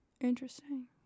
interesting